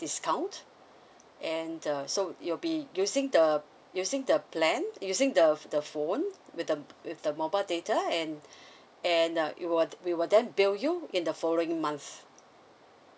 discount and the so it'll be using the using the plan using the the phone with the with the mobile data and and uh we will we will then bill you in the following month